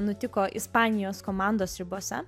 nutiko ispanijos komandos ribose